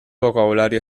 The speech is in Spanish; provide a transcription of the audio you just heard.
vocabulario